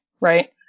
Right